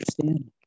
understand